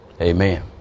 amen